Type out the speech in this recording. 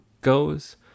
goes